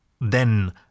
Then